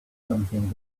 something